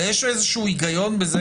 אבל אתה מסכים איתי שיש איזשהו היגיון בזה